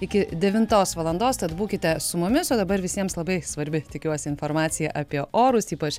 iki devintos valandos tad būkite su mumis o dabar visiems labai svarbi tikiuosi informacija apie orus ypač